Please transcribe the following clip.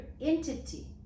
entity